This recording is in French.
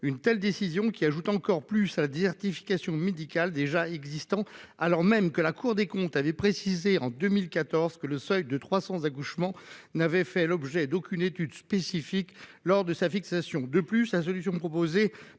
telle décision qui ajoute encore plus à la désertification médicale déjà existants, alors même que la Cour des comptes avait précisé en 2014 que le seuil de 300 accouchements n'avait fait l'objet d'aucune étude spécifique lors de sa fixation de plus la solution proposée par